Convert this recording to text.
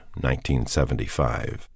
1975